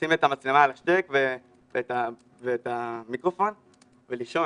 לשים את המצלמה על השתק ואת המיקרופון ולישון.